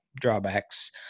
drawbacks